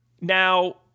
Now